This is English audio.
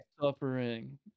suffering